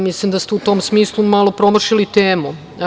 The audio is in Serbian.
Mislim da ste u tom smislu malo promašili temu.